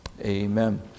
Amen